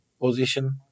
position